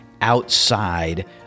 outside